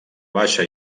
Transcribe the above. baixa